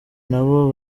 nabo